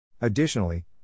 Additionally